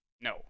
No